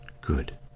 good